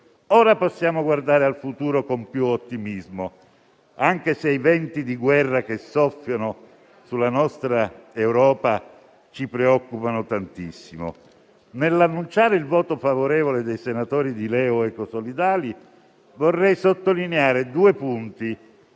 Ora possiamo guardare al futuro con più ottimismo, anche se i venti di guerra che soffiano sulla nostra Europa ci preoccupano tantissimo. Nell'annunciare il voto favorevole dei senatori di LeU-Ecosolidali, vorrei sottolineare due punti,